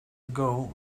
ago